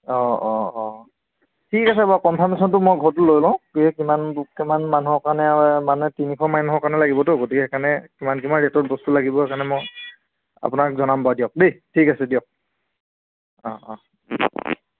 অঁ অঁ অঁ ঠিক আছে বাৰু কনফাৰ্মেশ্যনটো মই ঘৰটো লৈ লওঁ কি কিমান কিমান মানুহৰ কাৰণে মানে তিনিশ মানুহৰ কাৰণে লাগিবতো গতিকে সেইকাৰণে কিমান কিমান ৰেটত বস্তু লাগিব সেইকাৰণে মই আপোনাক জনাম বা দিয়ক দেই ঠিক আছে দিয়ক অঁ অঁ